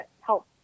help